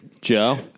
joe